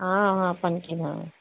हाँ हाँ पनकी में